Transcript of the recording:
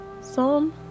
Psalm